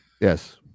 Yes